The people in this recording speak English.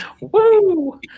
Woo